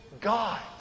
God